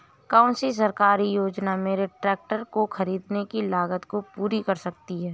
कौन सी सरकारी योजना मेरे ट्रैक्टर को ख़रीदने की लागत को पूरा कर सकती है?